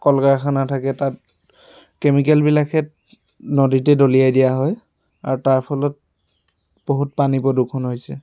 কল কাৰখানা থাকে তাত কেমিকেলবিলাকহেত নদীতে দলিয়াই দিয়া হয় আৰু তাৰ ফলত বহুত পানী প্ৰদূষণ হৈছে